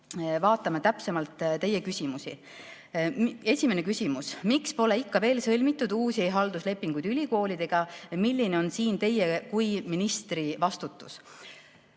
vaatame täpsemalt teie küsimusi. Esimene küsimus: "Miks pole ikka veel sõlmitud uusi halduslepinguid ülikoolidega? Milline on siin Teie kui ministri vastutus?"